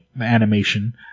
animation